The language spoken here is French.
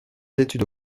études